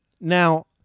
Now